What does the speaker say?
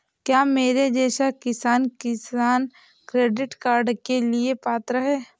क्या मेरे जैसा किसान किसान क्रेडिट कार्ड के लिए पात्र है?